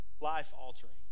life-altering